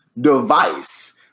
device